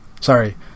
Sorry